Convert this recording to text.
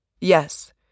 Yes